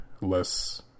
less